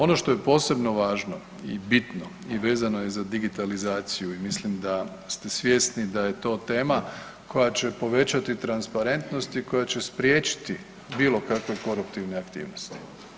Ono što je posebno važno i bitno i vezano je za digitalizaciju i mislim da ste svjesni da je to tema koja će povećati transparentnost i koja će spriječiti bilo kakve koruptivne aktivnosti.